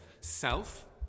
self